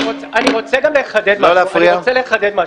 אני רוצה גם לחדד משהו.